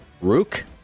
Rook